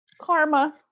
Karma